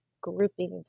groupings